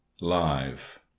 live